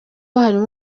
harimo